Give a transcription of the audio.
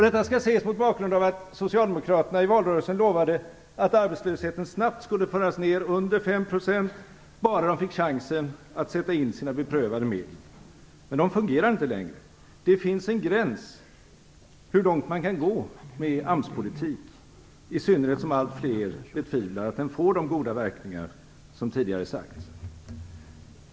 Detta skall ses mot bakgrund av att Socialdemokraterna i valrörelsen lovade att arbetslösheten snabbt skulle föras ned under 5 %, bara de fick chansen att sätta in sina beprövade medel. Men de fungerar inte längre. Det finns en gräns för hur långt man kan gå med AMS-politik, i synnerhet som allt fler betvivlar att den får de goda verkningar som tidigare sagts.